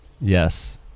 Yes